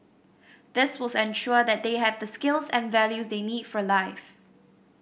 this will ensure they have the skills and values they need for life